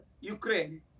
ukraine